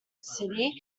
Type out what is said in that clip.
city